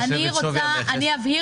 אני רוצה להבין,